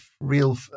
real